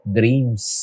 dreams